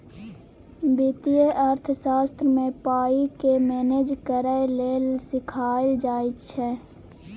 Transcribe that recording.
बित्तीय अर्थशास्त्र मे पाइ केँ मेनेज करय लेल सीखाएल जाइ छै